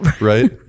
right